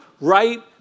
right